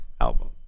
album